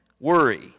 Worry